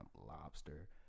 lobster